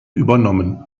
übernommen